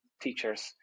teachers